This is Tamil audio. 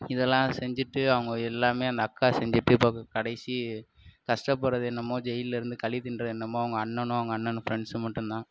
இதெல்லாம் செஞ்சிட்டு அவங்க எல்லாமே அந்த அக்கா செஞ்சிட்டு இப்போ கடைசி கஷ்டப்பட்றது என்னமோ ஜெயிலில் இருந்து களி தின்றது என்னமோ அவங்க அண்ணனும் அவங்க அண்ணனும் ஃப்ரெண்ட்ஸும் மட்டுந்தான்